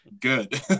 good